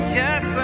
yes